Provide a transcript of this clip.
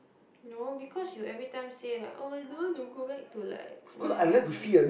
no because you every time say like oh I don't want to go back to like where where where